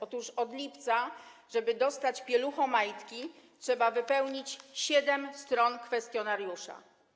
Otóż od lipca, żeby dostać pieluchomajtki, trzeba wypełnić siedem stron kwestionariusza.